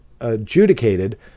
adjudicated